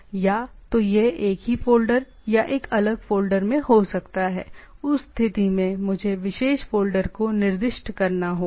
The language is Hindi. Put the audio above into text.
या तो यह एक ही फ़ोल्डर या एक अलग फ़ोल्डर में हो सकता है उस स्थिति में मुझे विशेष फ़ोल्डर को निर्दिष्ट करना होगा